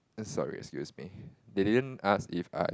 sorry excuse me they didn't ask if I